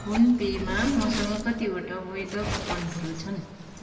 फोनपेमा मसँग कतिवटा वैध कुपनहरू छन्